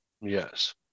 yes